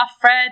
Fred